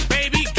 Baby